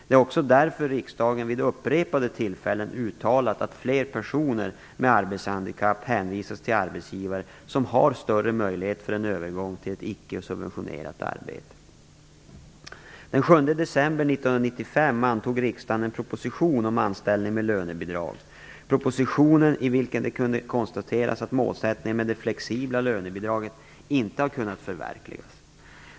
Det är också därför riksdagen vid upprepade tillfällen uttalat att fler personer med arbetshandikapp hänvisas till arbetsgivare som har större möjlighet för en övergång till ett icke subventionerat arbete. Den 7 december 1995 antog riksdagen en proposition om anställning med lönebidrag, i vilken det kunde konstateras att målsättningen med det flexibla lönebidraget inte har kunnat förverkligas.